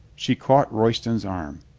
she caught royston's arm.